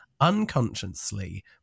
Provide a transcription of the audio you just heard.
unconsciously